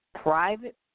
private